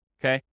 okay